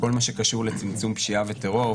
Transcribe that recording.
כל מה שקשור לצמצום פשיעה וטרור,